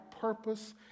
purpose